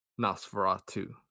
Nosferatu